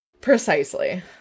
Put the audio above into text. Precisely